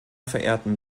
verehrten